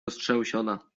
roztrzęsiona